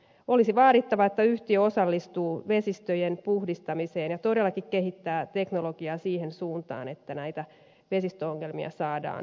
olisi vaadittava että yhtiö osallistuu vesistöjen puhdistamiseen ja todellakin kehittää teknologiaa siihen suuntaan että näitä vesistöongelmia saadaan vähennettyä